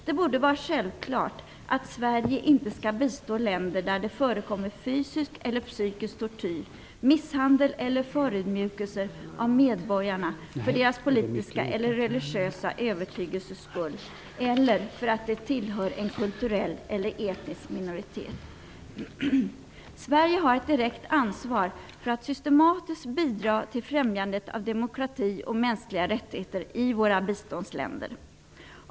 Det borde vara självklart att Sverige inte skall bistå länder där det förekommer fysisk eller psykisk tortyr, misshandel eller förödmjukelser av medborgarna för deras politiska eller religiösa övertygelses skull eller för att de tillhör en kulturell eller etnisk minoritet. Sverige har ett direkt ansvar för att systematiskt bidra till främjandet av demokrati och mänskliga rättigheter i våra biståndsländer.